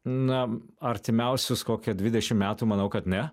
na artimiausius kokią dvidešim metų manau kad ne